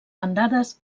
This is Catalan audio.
bandades